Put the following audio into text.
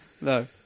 No